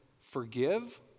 Forgive